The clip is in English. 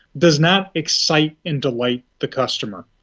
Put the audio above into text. does not excite and delight the customer.